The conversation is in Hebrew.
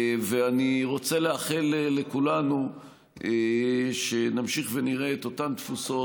אני רוצה לאחל לכולנו שנמשיך ונראה את אותן תפוסות